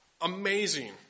amazing